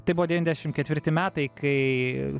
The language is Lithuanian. tai buvo devyniasdešim ketvirti metai kai